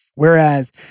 Whereas